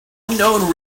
unknown